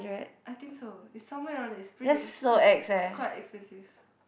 I think so is somewhere around there is pretty ex is quite expensive